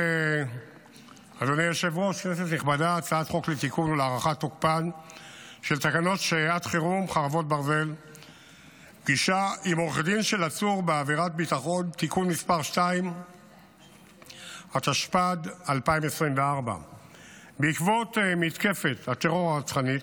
התשפ"ד 2024. בעקבות מתקפת הטרור הרצחנית